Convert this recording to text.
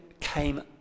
came